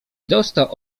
dostał